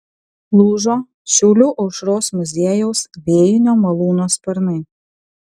lūžo šiaulių aušros muziejaus vėjinio malūno sparnai